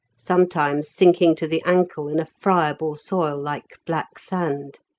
sometimes sinking to the ankle in a friable soil like black sand.